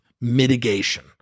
mitigation